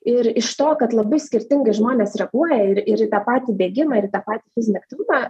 ir iš to kad labai skirtingai žmonės reaguoja ir ir į tą patį bėgimą ir į tą patį fizinį aktyvumą